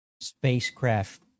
spacecraft